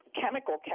chemical